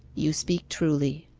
you speak truly.